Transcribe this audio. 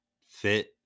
fit